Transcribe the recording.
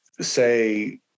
say